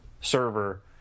server